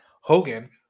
Hogan